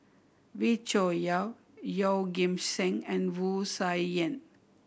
Wee Cho Yaw Yeoh Ghim Seng and Wu Tsai Yen